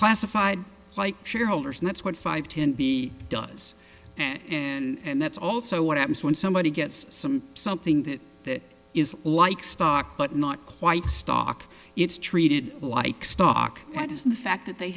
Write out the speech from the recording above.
classified like shareholders and that's what five ten b does and that's also what happens when somebody gets some something that is like stock but not quite stock it's treated like stock that is the fact that they